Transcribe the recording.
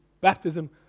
baptism